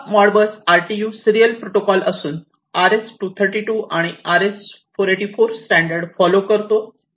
हा Modbus RTU serial protocol असून RS 232 आणि आरएस 484 स्टॅंडर्ड फॉलो करतो